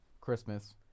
Christmas